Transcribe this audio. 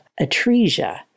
atresia